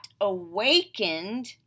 awakened